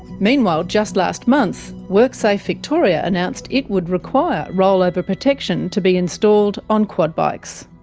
meanwhile, just last month, worksafe victoria announced it would require rollover protection to be installed on quad bikes.